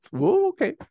okay